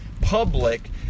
public